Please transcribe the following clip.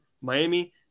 Miami